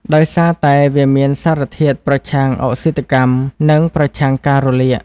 ដោយសារតែវាមានសារធាតុប្រឆាំងអុកស៊ីតកម្ម និងប្រឆាំងការរលាក។